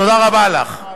תודה רבה לך.